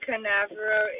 Canavero